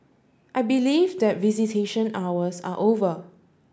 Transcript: I believe that visitation hours are over